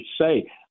say